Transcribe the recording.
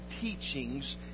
teachings